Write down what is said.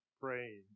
praying